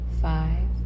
five